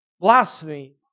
Blasphemy